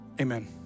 Amen